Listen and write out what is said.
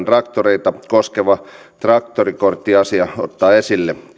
traktoreita koskeva traktorikorttiasia ottaa esille